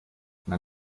man